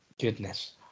goodness